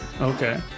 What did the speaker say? Okay